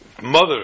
mother